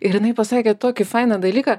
ir jinai pasakė tokį fainą dalyką